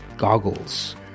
goggles